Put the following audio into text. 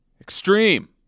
Extreme